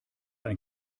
ein